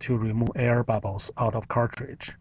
to remove air bubbles out of cartridge.